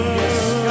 Yes